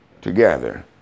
together